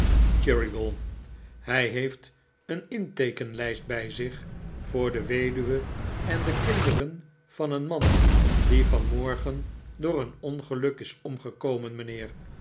cheeryble hij heeft een inteekenlijst bij zich voor de weduwe en de kinderen van een man die vanmorgen door een ongeluk is omgekomen mijnheer